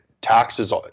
taxes